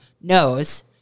knows